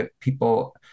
People